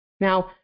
Now